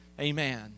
Amen